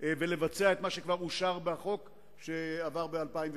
ולבצע את מה שכבר אושר בחוק שעבר ב-2008.